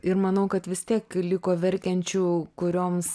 ir manau kad vis tiek liko verkiančių kurioms